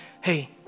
hey